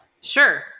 Sure